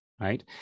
right